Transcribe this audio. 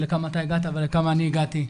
ולכמה אתה הגעת ולכמה אני הגעתי.